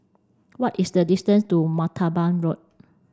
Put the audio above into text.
what is the distance to Martaban Road